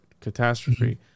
catastrophe